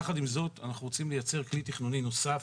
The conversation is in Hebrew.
יחד עם זאת אנחנו רוצים לייצר כלי תכנוני נוסף.